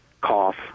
cough